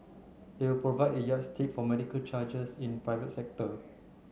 they will provide a yardstick for medical charges in the private sector